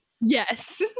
Yes